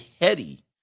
heady